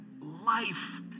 life